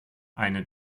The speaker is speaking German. eine